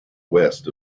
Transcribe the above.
west